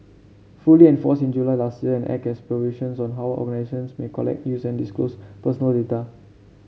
fully enforced in July last year an Act has provisions on how may collect use and disclose personal data